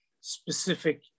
specific